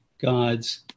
God's